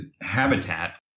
habitat